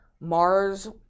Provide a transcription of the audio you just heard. Mars